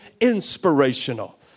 inspirational